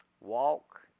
Walk